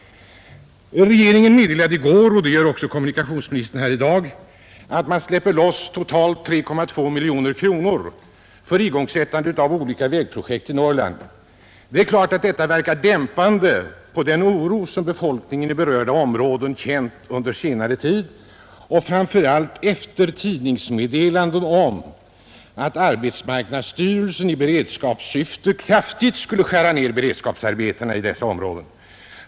Regeringen meddelade i går, och det har också kommunikationsministern gjort här i dag, att man släpper loss totalt 3,2 miljoner kronor för igångsättande av olika vägprojekt i Norrland, och det är klart att detta verkar dämpande på den oro befolkningen i berörda områden känt under senare tid, framför allt efter tidningsmeddelandena om att arbetsmarknadsstyrelsen i beredskapssyfte skulle skära ned beredskapsarbetena kraftigt i dessa områden.